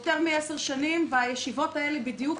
יותר מעשר שנים בישיבות האלה בדיוק,